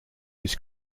his